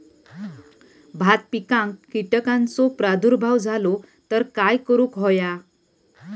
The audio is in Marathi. भात पिकांक कीटकांचो प्रादुर्भाव झालो तर काय करूक होया?